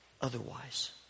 otherwise